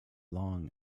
long